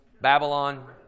Babylon